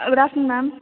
good afternoon ma'am